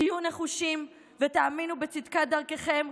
תהיו נחושים ותאמינו בצדקת דרככם,